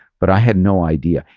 but i had no idea.